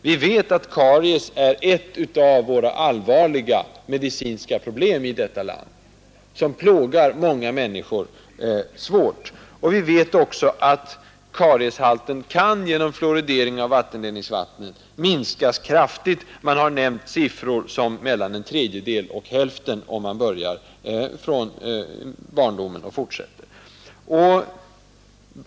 Vi vet att karies är ett av de allvarliga medicinska problemen i vårt land som plågar många människor svårt. Vi vet också att karieshalten genom fluoridering av vattenledningsvattnet kan minskas kraftigt. Man har nämnt siffror för minskningen av kariesfrekvensen på mellan en tredjedel och hälften, när behandlingen insättes i barndomen och får fortsätta.